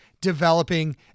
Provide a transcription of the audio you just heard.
developing